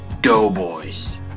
Doughboys